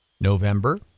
November